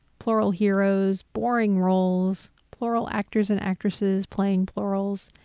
plural heroes, boring roles, plural actors and actresses playing plurals,